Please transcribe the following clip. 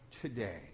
today